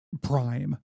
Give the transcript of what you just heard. prime